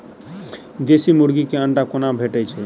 देसी मुर्गी केँ अंडा कोना भेटय छै?